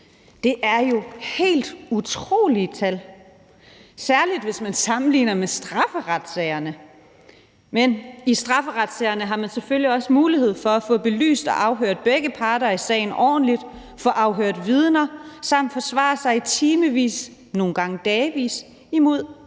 Det er jo helt utrolige tal, særlig hvis man sammenligner med strafferetssagerne. Men i strafferetssagerne har man selvfølgelig også mulighed for at få belyst og afhørt begge parter i sagen ordentligt, få afhørt vidner samt forsvare sig i timevis, nogle gange dagevis, imod